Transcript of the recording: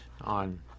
on